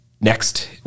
next